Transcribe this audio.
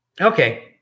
Okay